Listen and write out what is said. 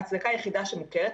ההצדקה היחידה שמוכרת,